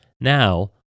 Now